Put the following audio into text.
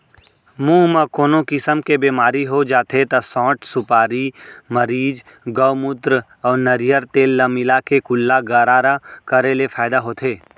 मुंह म कोनो किसम के बेमारी हो जाथे त सौंठ, सुपारी, मरीच, गउमूत्र अउ नरियर तेल ल मिलाके कुल्ला गरारा करे ले फायदा होथे